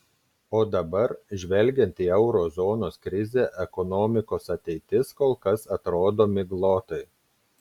o dabar žvelgiant į euro zonos krizę ekonomikos ateitis kol kas atrodo miglotai